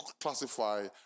classify